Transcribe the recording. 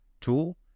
tool